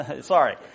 Sorry